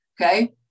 okay